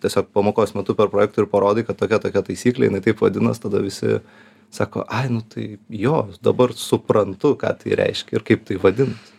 tiesiog pamokos metu per projektorių parodai kad tokia tokia taisyklė jinai taip vadinas tada visi sako ai nu tai jo dabar suprantu kad tai reiškia ir kaip tai vadinas